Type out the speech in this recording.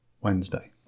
Wednesday